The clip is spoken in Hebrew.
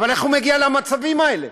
אבל איך הוא מגיע למצבים האלה?